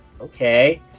Okay